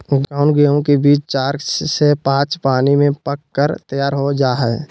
कौन गेंहू के बीज चार से पाँच पानी में पक कर तैयार हो जा हाय?